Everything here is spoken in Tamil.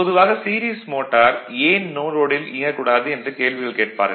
பொதுவாக சீரிஸ் மோட்டார் ஏன் நோ லோடில் இயக்கக் கூடாது என்று கேள்விகள் கேட்பார்கள்